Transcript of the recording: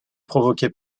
provoqué